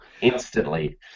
Instantly